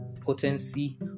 potency